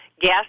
gas